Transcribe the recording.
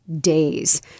days